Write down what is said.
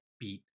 beat